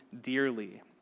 dearly